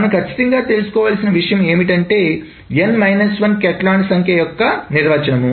మనం ఖచ్చితంగా తెలుసుకోవలసిన విషయం విషయం ఏమిటంటే n 1 కాటలాన్ సంఖ్య యొక్క నిర్వచనం